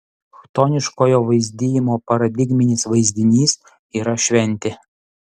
chtoniškojo vaizdijimo paradigminis vaizdinys yra šventė